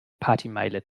partymeile